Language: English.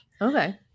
okay